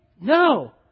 No